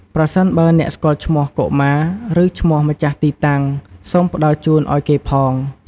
ប្រសិនបើអ្នកស្គាល់ឈ្មោះកុមារ ឬឈ្មោះម្ចាស់ទីតាំង សូមផ្ដល់ជូនអោយគេផង។